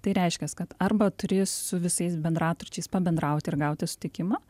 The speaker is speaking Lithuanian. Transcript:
tai reiškias kad arba turi su visais bendraturčiais pabendrauti ir gauti sutikimą